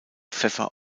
pfeffer